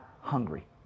hungry